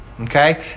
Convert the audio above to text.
Okay